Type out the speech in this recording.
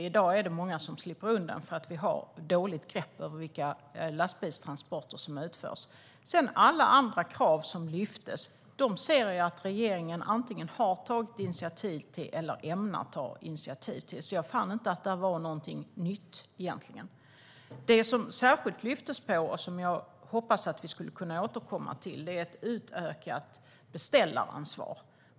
I dag är det många som slipper undan eftersom vi har dåligt grepp om vilka lastbilstransporter som utförs. Alla andra krav som lyftes fram ser jag att regeringen antingen har tagit initiativ till eller ämnar ta initiativ till. Jag fann alltså egentligen inte att det fanns någonting nytt. Det som särskilt lyftes fram, och som jag hoppas att vi skulle kunna återkomma till, är ett utökat beställaransvar.